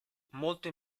molto